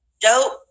dope